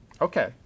Okay